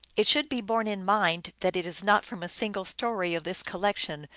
it should be borne in mind that it is not from a single story of this collection,